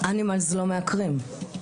אנימלס לא מעקרים.